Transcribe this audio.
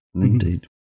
Indeed